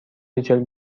ریچل